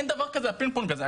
אין דבר כזה הפינג פונג הזה.